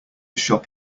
shop